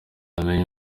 amenye